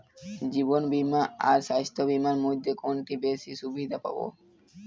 জীবন বীমা আর স্বাস্থ্য বীমার মধ্যে কোনটিতে বেশী সুবিধে পাব?